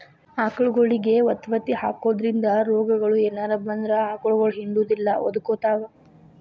ಆಕಳಗೊಳಿಗೆ ವತವತಿ ಹಾಕೋದ್ರಿಂದ ರೋಗಗಳು ಏನರ ಬಂದ್ರ ಆಕಳಗೊಳ ಹಿಂಡುದಿಲ್ಲ ಒದಕೊತಾವ